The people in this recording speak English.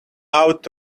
out